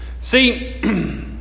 See